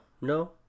no